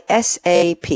SAP